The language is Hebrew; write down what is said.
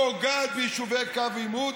פוגעת ביישובי קו עימות,